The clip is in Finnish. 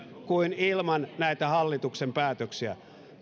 kuin ilman näitä hallituksen päätöksiä